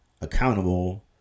accountable